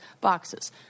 boxes